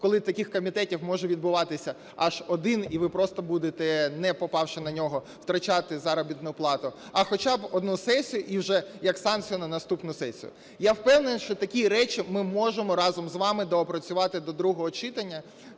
коли таких комітетів може відбуватися аж один, і ви просто будете, не попавши на нього, втрачати заробітну плату, а хоча б одну сесію і вже як санкцію на наступну сесію. Я впевнений, що такі речі ми можемо разом з вами доопрацювати до другого читання,